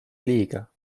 liiga